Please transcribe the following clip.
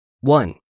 One